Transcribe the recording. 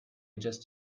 just